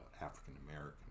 African-American